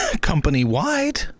company-wide